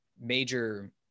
major